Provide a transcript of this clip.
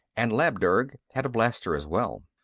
and labdurg had a blaster as well.